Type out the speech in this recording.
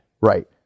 Right